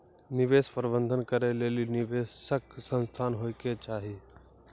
निवेश प्रबंधन करै लेली निवेशक संस्थान होय के चाहि